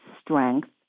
strength